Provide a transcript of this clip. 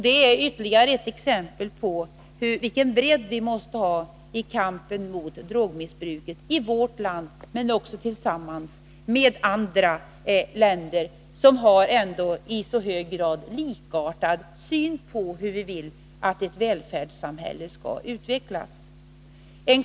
Det är ytterligare ett exempel på vilken bredd kampen mot drogmissbruket måste få i vårt land. Det gäller också att vi arbetar tillsammans med andra länder som ändå i hög grad har en likartad syn på hur välfärdssamhället skall utvecklas.